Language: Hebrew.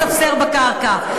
מספסר בקרקע.